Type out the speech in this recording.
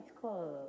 club